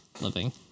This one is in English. living